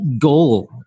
goal